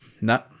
No